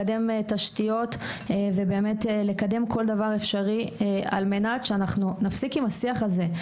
לקדם תשתיות ולקדם כל דבר אפשרי על-מנת שנפסיק עם השיח הזה.